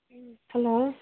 hello